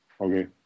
Okay